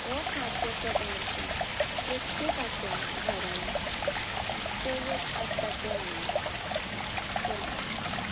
हो खाद्य पदार्थ प्रत्येकाच्या घरान चवथ आसता तेन्ना करता